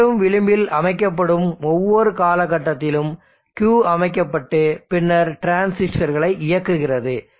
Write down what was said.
உயரும் விளிம்பில் அமைக்கப்படும் ஒவ்வொரு காலகட்டத்திலும் Q அமைக்கப்பட்டு பின்னர் டிரான்சிஸ்டர்களை இயக்குகிறது